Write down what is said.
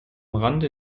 rande